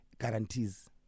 guarantees